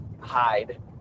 hide